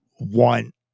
want